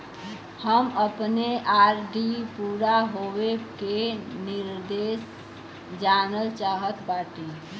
हम अपने आर.डी पूरा होवे के निर्देश जानल चाहत बाटी